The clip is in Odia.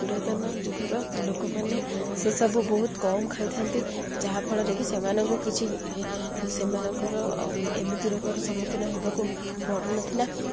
ପୁରାତନ ଯୁଗର ଲୋକମାନେ ସେସବୁ ବହୁତ କମ୍ ଖାଇଥାନ୍ତି ଯାହାଫଳରେ କି ସେମାନଙ୍କୁ କିଛି ସେମାନଙ୍କର ଏମିତି ରୋଗର ସମ୍ମୁଖୀନ ହେବାକୁ ପଡ଼ୁନଥିଲା